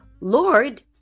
Lord